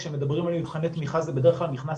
כשמדברים על מבחני תמיכה זה בדרך כלל נכנס